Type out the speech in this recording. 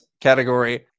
category